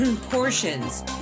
portions